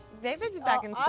they will be back in